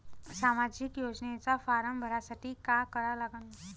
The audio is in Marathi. सामाजिक योजनेचा फारम भरासाठी का करा लागन?